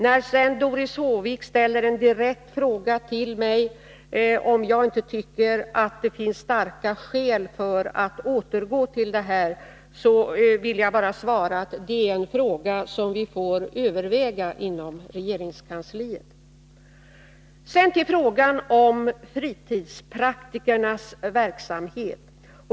När sedan Doris Håvik direkt frågar mig, om jag inte tycker att det finns starka skäl för att återgå till den gamla ordningen, vill jag bara svara att det är en fråga som vi får överväga i regeringskansliet. Sedan till frågan om fritidspraktikernas verksamhet.